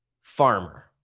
farmer